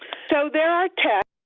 so there are tests,